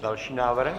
Další návrh?